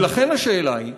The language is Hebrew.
ולכן השאלה היא: